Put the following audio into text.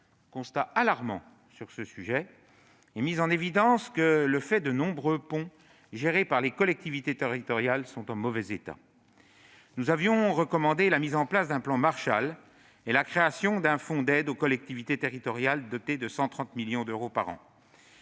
un constat alarmant sur ce sujet et mis en évidence le fait que de nombreux ponts gérés par les collectivités territoriales sont en mauvais état. Nous avions recommandé la mise en place d'un « plan Marshall » et la création d'un fonds d'aide aux collectivités territoriales doté de 130 millions d'euros par an.